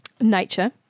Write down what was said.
nature